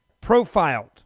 profiled